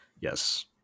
yes